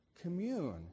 commune